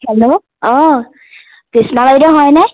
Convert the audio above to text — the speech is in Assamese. হেল্ল' অঁ কৃষ্ণা বাইদেউ হয়নে